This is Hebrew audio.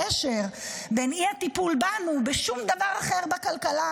יש קשר בין אי-הטיפול בנו ובשום דבר אחר בכלכלה,